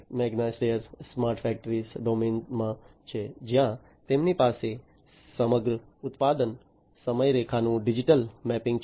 Magna Steyr smart factory ડોમેનમાં છે જ્યાં તેમની પાસે સમગ્ર ઉત્પાદન સમયરેખાનું ડિજિટલ મેપિંગ છે